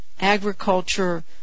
agriculture